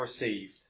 received